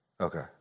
Okay